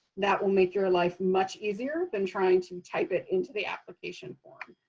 that will make your life much easier than trying to type it into the application form.